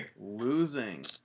losing